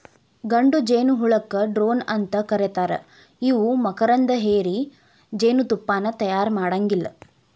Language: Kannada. ಗಂಡು ಜೇನಹುಳಕ್ಕ ಡ್ರೋನ್ ಅಂತ ಕರೇತಾರ ಇವು ಮಕರಂದ ಹೇರಿ ಜೇನತುಪ್ಪಾನ ತಯಾರ ಮಾಡಾಂಗಿಲ್ಲ